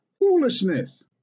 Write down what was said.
foolishness